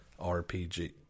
RPG